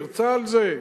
הרצה על זה,